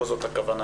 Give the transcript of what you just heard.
לא זאת הכוונה.